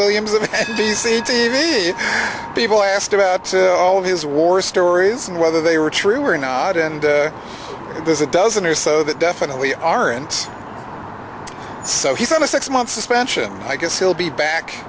williams of n b c t v people asked about all his war stories and whether they were true or not and there's a dozen or so that definitely aren't so he's on a six month suspension i guess he'll be back